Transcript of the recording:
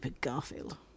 Garfield